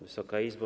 Wysoka Izbo!